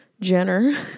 Jenner